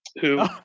who-